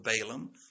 Balaam